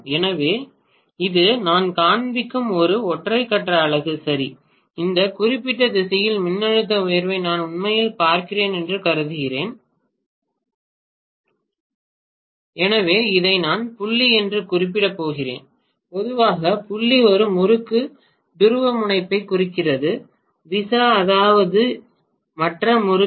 எனவே இது நான் காண்பிக்கும் ஒரு ஒற்றை கட்ட அலகு சரி இந்த குறிப்பிட்ட திசையில் மின்னழுத்த உயர்வை நான் உண்மையில் பார்க்கிறேன் என்று கருதுகிறேன் எனவே இதை நான் புள்ளி என்று குறிப்பிடப் போகிறேன் பொதுவாக புள்ளி ஒரு முறுக்கு துருவமுனைப்பைக் குறிக்கிறது விசா அதாவது மற்ற முறுக்கு